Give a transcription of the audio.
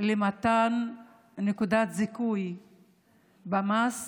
למתן נקודת זיכוי במס